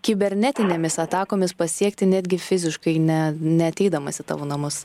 kibernetinėmis atakomis pasiekti netgi fiziškai ne neateidamas į tavo namus